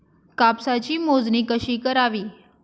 कापसाची मोजणी कशी करावी?